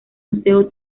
museo